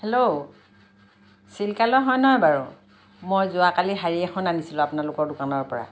hello চিল্কালয় হয় নে নহয় বাৰু মই যোৱাকালি শাৰী এখন আনিছিলোঁ আপোনালোকৰ দোকানৰ পৰা